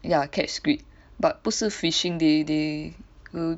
ya catch squid but 不是 fishing they they will